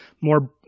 more